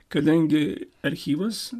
kadangi archyvas